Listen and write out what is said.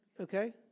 okay